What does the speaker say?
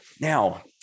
Now